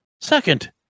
Second